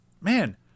man